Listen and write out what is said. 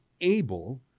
able